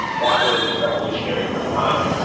that was revolutionary for the time.